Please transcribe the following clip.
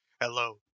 Hello